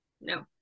No